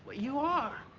you are?